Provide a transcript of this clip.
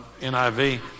NIV